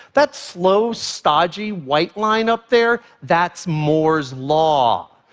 that slow, stodgy white line up there? that's moore's law.